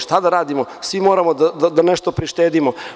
Šta da radimo, svi moramo nešto da prištedimo.